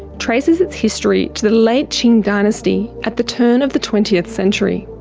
traces its history to the late qing dynasty at the turn of the twentieth century.